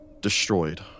destroyed